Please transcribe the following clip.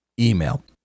email